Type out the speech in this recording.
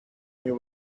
new